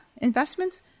investments